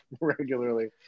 regularly